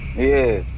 here